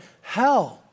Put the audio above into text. hell